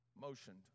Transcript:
motioned